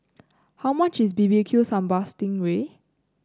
how much is B B Q Sambal Sting Ray